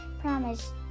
promise